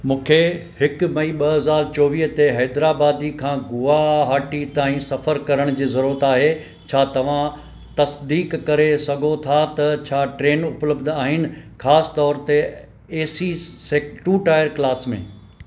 मूंखे हिकु मई ॿ हज़ार चौवीह ते हैदराबाद खां गुवाहाटी ताईं सफरु करण जी ज़रूअत आहे छा तव्हां तसदीक करे सघो था त छा ट्रेन उपलब्ध आहिनि ख़ासि तौर ते एसी से टू टायर क्लास में